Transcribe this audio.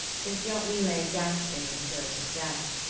sinfiotli lay gasping in the throes of death.